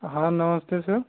हाँ नमस्ते सर